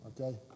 Okay